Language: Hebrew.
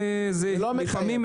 זה לא מחייב.